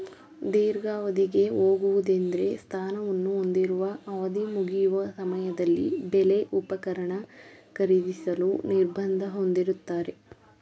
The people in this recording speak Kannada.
ದೀರ್ಘಾವಧಿಗೆ ಹೋಗುವುದೆಂದ್ರೆ ಸ್ಥಾನವನ್ನು ಹೊಂದಿರುವ ಅವಧಿಮುಗಿಯುವ ಸಮಯದಲ್ಲಿ ಬೆಲೆ ಉಪಕರಣ ಖರೀದಿಸಲು ನಿರ್ಬಂಧ ಹೊಂದಿರುತ್ತಾರೆ